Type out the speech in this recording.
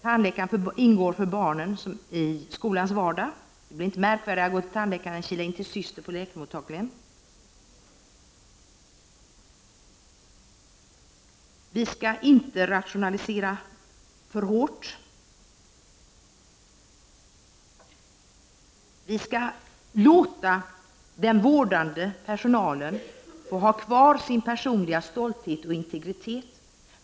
Tandläkaren ingår för barnen i skolans vardag. Det blir inte märkvärdigare att gå till tandläkaren än att kila in till syster på läkarmottagningen. Man skall inte rationalisera för hårt. Man skall låta den vårdande persona len få ha kvar sin personliga stolthet och integritet.